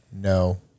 No